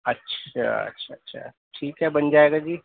اچھا اچھا اچھا ٹھیک ہے بن جائے گا جی